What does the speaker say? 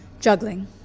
Juggling